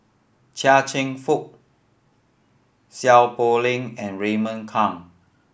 Chia Cheong Fook Seow Poh Leng and Raymond Kang